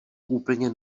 úplně